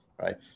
Right